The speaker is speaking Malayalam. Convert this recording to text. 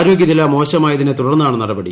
ആരോഗൃനില മോശമായതിനെതുടർന്നാണ് നടപടി